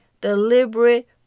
deliberate